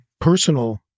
personal